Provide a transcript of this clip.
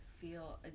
feel